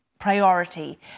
priority